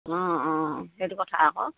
অঁ অঁ সেইটো কথা আকৌ